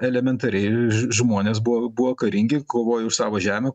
elementariai žmonės buvo buvo karingi kovojo už savo žemę